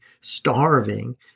starving